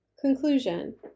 Conclusion